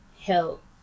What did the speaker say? help